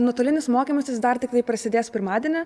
nuotolinis mokymasis dar tiktai prasidės pirmadienį